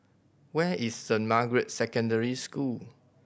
where is Saint Margaret's Secondary School